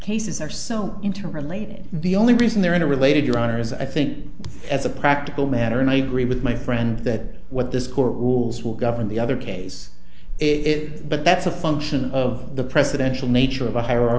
cases are so interrelated the only reason they're in a related your honour's i think as a practical matter and i agree with my friend that what this court rules will govern the other case it but that's a function of the presidential nature of a hi